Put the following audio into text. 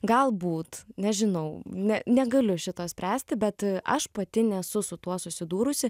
galbūt nežinau ne negaliu šito spręsti bet aš pati nesu su tuo susidūrusi